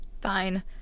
Fine